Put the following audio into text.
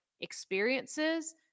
experiences